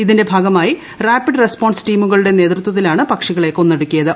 ഇതിന്റെ ഭാഗമായി rapid response ടീമുകളുടെ നേതൃത്വത്തിലാണ് പക്ഷികളെ കൊന്നൊടുക്കിയത്